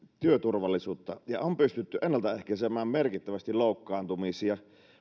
työturvallisuutta ja on pystytty ennalta ehkäisemään merkittävästi loukkaantumisia